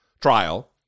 trial